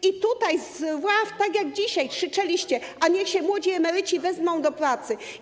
I tutaj, z ław, tak jak dzisiaj krzyczeliście: A niech się młodzi emeryci wezmą do pracy.